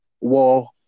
war